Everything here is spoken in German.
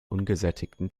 ungesättigten